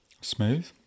smooth